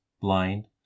blind